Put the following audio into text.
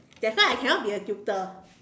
that's why I cannot be a tutor